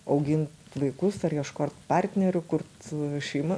augin vaikus ar ieškot partnerių kurt šeimą